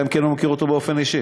אלא אם כן הוא מכיר אותו באופן אישי,